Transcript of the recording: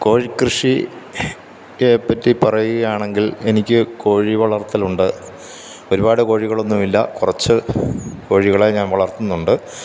കോഴിക്കൃഷി യെ പറ്റി പറയുകയാണെങ്കില് എനിക്ക് കോഴി വളര്ത്തലുണ്ട് ഒരുപാട് കോഴികളൊന്നും ഇല്ല കുറച്ച് കോഴികളെ ഞാന് വളര്ത്തുന്നുണ്ട്